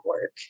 work